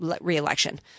reelection